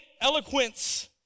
eloquence